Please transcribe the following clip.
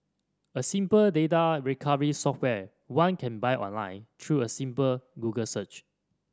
a simple data recovery software one can buy online through a simple Google search